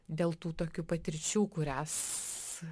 dėl tų tokių patirčių kurias